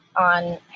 on